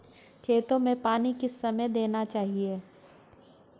खेतों में पानी किस समय देना चाहिए?